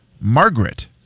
Margaret